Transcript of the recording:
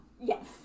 Yes